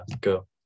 Go